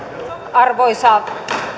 arvoisa